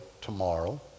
tomorrow